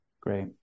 Great